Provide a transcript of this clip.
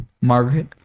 Margaret